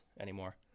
anymore